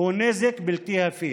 הוא נזק בלתי הפיך.